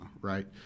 right